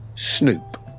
Snoop